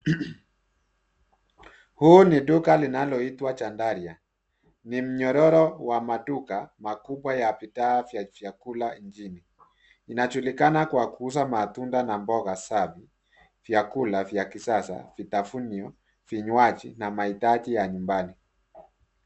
Huu ni duka linaloitwa Chandaria . Ni mnyororo wa maduka makubwa ya bidhaa ya vyakula nchini. Inajulikana kwa kuuza matunda na mboga safi, vyakula vya kisasa, vitafunio, vinywaji na mahitaji ya nyumbani.